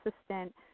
assistant